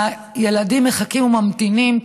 הילדים מחכים וממתינים,